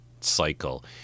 cycle